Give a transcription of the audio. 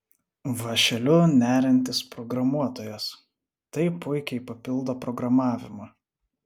vąšeliu neriantis programuotojas tai puikiai papildo programavimą